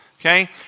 Okay